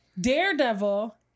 Daredevil